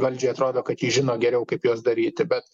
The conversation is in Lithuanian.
valdžiai atrodo kad ji žino geriau kaip juos daryti bet